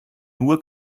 nur